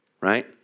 right